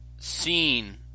seen